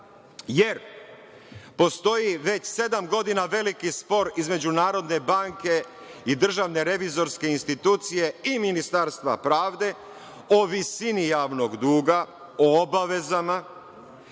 jer postoji već sedam godina veliki spor između Narodne banke i Državne revizorske institucije i Ministarstva pravde o visini javnog duga, o obavezama,